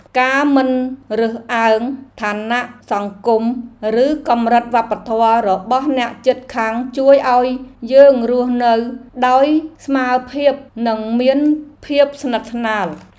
ការមិនរើសអើងឋានៈសង្គមឬកម្រិតវប្បធម៌របស់អ្នកជិតខាងជួយឱ្យយើងរស់នៅដោយស្មើភាពនិងមានភាពស្និទ្ធស្នាល។